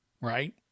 right